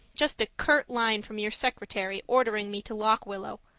just a curt line from your secretary ordering me to lock willow.